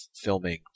filming